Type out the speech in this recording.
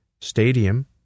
stadium